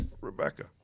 Rebecca